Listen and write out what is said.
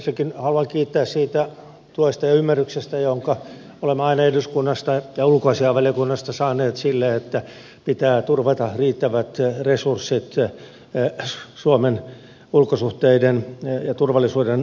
ensinnäkin haluan kiittää siitä tuesta ja ymmärryksestä jonka olemme aina eduskunnasta ja ulkoasiainvaliokunnasta saaneet sille että pitää turvata riittävät resurssit suomen ulkosuhteiden ja turvallisuuden hoitamiseksi